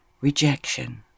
rejection